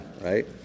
right